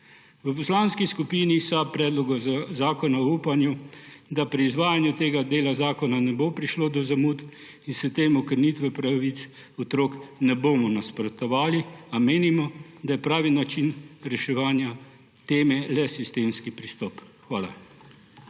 V Poslanski skupini SAB predlogu zakona v upanju, da pri izvajanju tega dela zakona ne bo prišlo do zamud in s tem okrnitve pravic otrok, ne bomo nasprotovali, a menimo, da je pravi način reševanja teme le sistemski pristop. Hvala.